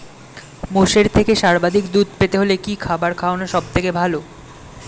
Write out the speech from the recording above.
মোষের থেকে সর্বাধিক দুধ পেতে হলে কি খাবার খাওয়ানো সবথেকে ভালো?